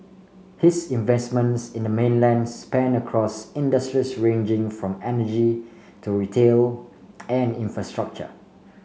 his investments in the mainland span across industries ranging from energy to retail and infrastructure